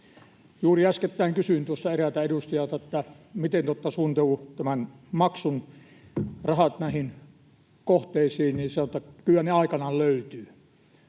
Juuri äskettäin kysyin tuossa eräältä edustajalta, että miten te olette suunnitelleet tämän maksun, rahat näihin kohteisiin, ja hän sanoi, että kyllä ne aikanaan löytyvät.